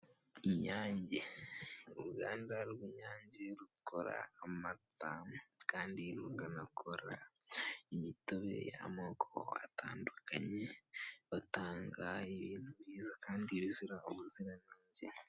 Inyange, uruganda rw'inyange rukora amata kandi rukanakora imitobe y'amoko atandukanye, batanga ibintu byiza kandi bizira ubuziranenge.